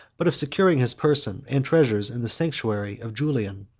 but of securing his person and treasures in the sanctuary of julian,